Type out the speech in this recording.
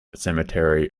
cemetery